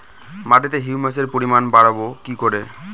মাটিতে হিউমাসের পরিমাণ বারবো কি করে?